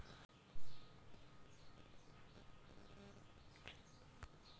Sprinkler కానీ డ్రిప్లు కాని కావాలి అంటే ఎంత డబ్బులు కట్టాలి?